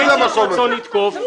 מה זה המקום הזה?